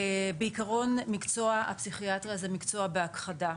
בעיקרון, מקצוע הפסיכיאטריה זה מקצוע בהכחדה.